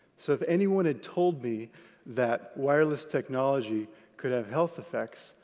so if anyone had told me that wireless technology could have health effects,